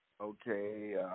Okay